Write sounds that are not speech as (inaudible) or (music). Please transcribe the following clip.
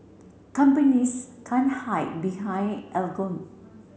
companies can't hide behind (unintelligible)